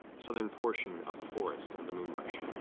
southern portion of the forest of the moonbrush.